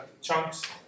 chunks